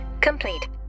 complete